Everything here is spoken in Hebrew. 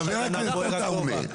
חה"כ עטאונה,